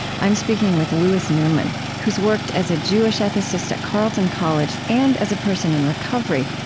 i'm speaking with louis newman, who has worked as a jewish ethicist at carleton college, and as a person in recovery,